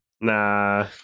Nah